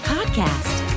Podcast